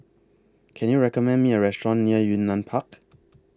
Can YOU recommend Me A Restaurant near Yunnan Park